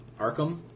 Arkham